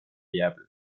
viable